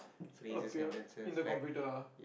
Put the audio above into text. appear in the computer ah